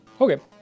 Okay